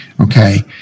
Okay